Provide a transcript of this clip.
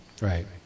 Right